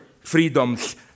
freedoms